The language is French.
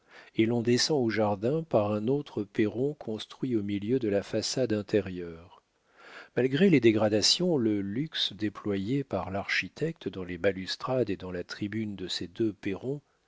et l'on descend au jardin par un autre perron construit au milieu de la façade intérieure malgré les dégradations le luxe déployé par l'architecte dans les balustrades et dans la tribune de ces deux perrons